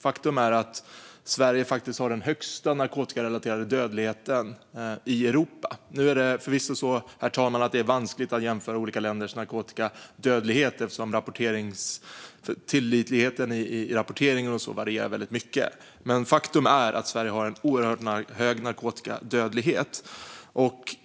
Faktum är att Sverige har den högsta narkotikarelaterade dödligheten i Europa. Det är förvisso vanskligt att jämföra olika länders narkotikadödlighet, herr talman, eftersom tillförlitligheten i rapporteringen varierar mycket, men faktum är att Sverige har en oerhört hög narkotikadödlighet.